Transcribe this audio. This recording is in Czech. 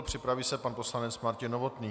Připraví se pan poslanec Martin Novotný.